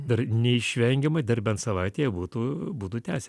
dar neišvengiamai dar bent savaitę jie būtų būtų tęsę